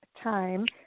time